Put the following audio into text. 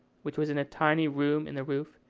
which was in a tiny room in the roof,